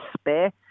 spare